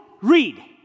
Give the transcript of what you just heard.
Read